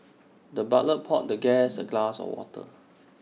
the butler poured the guest A glass of water